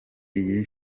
iyi